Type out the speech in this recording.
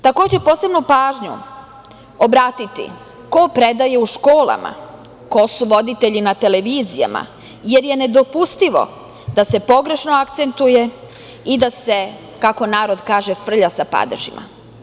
Posebnu pažnju treba obratiti ko predaje u školama, ko su voditelji na televizijama, jer je nedopustivo da se pogrešno akcentuje i da se, kako narod kaže - frlja sa padežima.